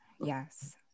Yes